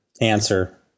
answer